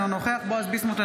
אינו נוכח בועז ביסמוט,